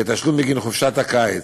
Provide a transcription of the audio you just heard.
כתשלום בגין חופשת הקיץ.